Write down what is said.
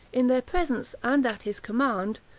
in their presence, and at his command,